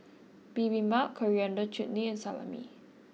Bibimbap Coriander Chutney and Salami